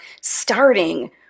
starting